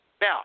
Now